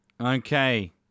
Okay